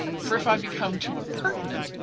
for if i become too impertinent,